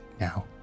now